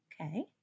Okay